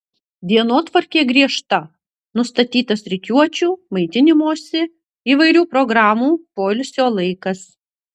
dienotvarkė griežta nustatytas rikiuočių maitinimosi įvairių programų poilsio laikas